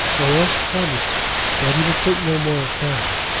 or else promise that he would think no more of fanny.